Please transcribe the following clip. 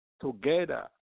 together